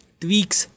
tweaks